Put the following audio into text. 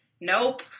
nope